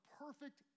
perfect